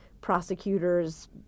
prosecutors